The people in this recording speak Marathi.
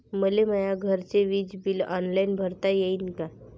मले माया घरचे विज बिल ऑनलाईन भरता येईन का?